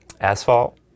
asphalt